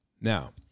Now